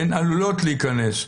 הן עלולות להיכנס.